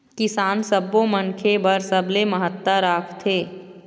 किसान सब्बो मनखे बर सबले महत्ता राखथे